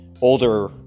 older